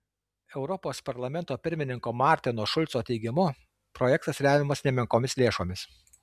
europos parlamento pirmininko martino šulco teigimu projektas remiamas nemenkomis lėšomis